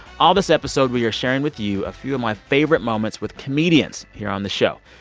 all this episode, we are sharing with you a few of my favorite moments with comedians here on the show.